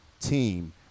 team